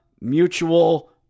Mutual